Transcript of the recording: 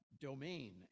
domain